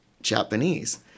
Japanese